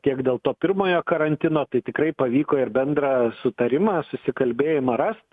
kiek dėl to pirmojo karantino tai tikrai pavyko ir bendrą sutarimą susikalbėjimą rast